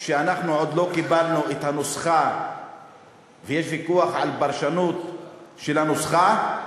אנחנו עוד לא קיבלנו את הנוסחה ויש ויכוח על הפרשנות של הנוסחה.